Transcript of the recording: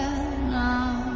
now